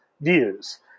views